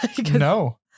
no